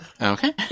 Okay